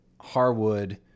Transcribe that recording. Harwood